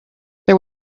there